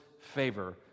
favor